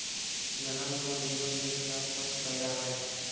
ম্যালা গুলা লিয়ম মেলে চাষ বাস কয়রা হ্যয়